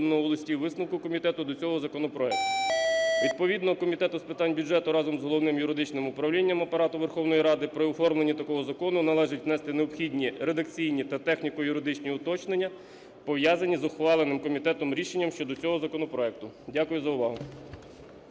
Дякую за увагу.